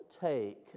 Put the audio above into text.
take